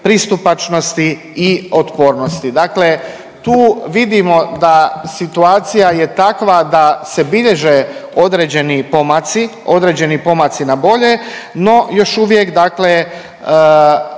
pristupačnosti i otpornosti. Dakle tu vidimo da situacija je takva da se bilježe određeni pomaci, određeni pomaci na bolje no još uvijek dakle